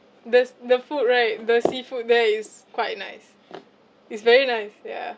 thes the food right the seafood there is quite nice it's very nice ya